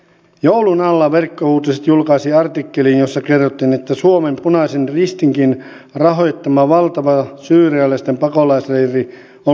joulun alla verkkouutiset julkaisi artikkelin jossa kerrottiin että suomen punaisen ristinkin rahoittama valtava syyrialaisten pakolaisleiri on lähes autio